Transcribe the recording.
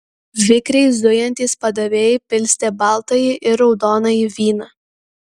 vikriai zujantys padavėjai pilstė baltąjį ir raudonąjį vyną